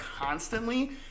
constantly